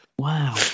Wow